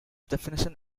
definition